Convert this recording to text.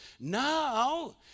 Now